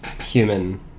human